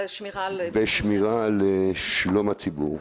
אלא שמירה על --- ושמירה על שלום הציבור.